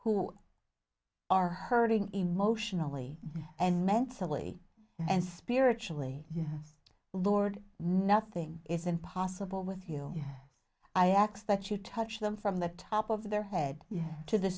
who are hurting emotionally and mentally and spiritually board nothing is impossible with you i aks that you touch them from the top of their head to the